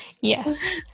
Yes